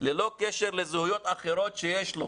ללא קשר לזהויות אחרות שיש לו,